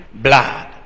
blood